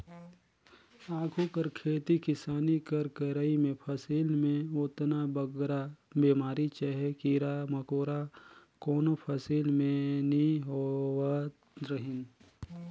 आघु कर खेती किसानी कर करई में फसिल में ओतना बगरा बेमारी चहे कीरा मकोरा कोनो फसिल में नी होवत रहिन